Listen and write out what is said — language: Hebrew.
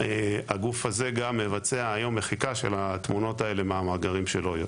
הגוף הזה גם מבצע היום מחיקה של התמונות האלה מהמאגרים שלו.